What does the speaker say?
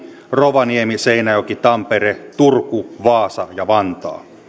rovaniemi seinäjoki tampere turku vaasa ja vantaa